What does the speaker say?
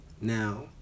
Now